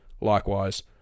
likewise